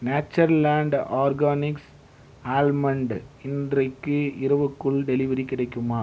Natureland Organics almond இன்றைக்கு இரவுக்குள் delivery கிடைக்குமா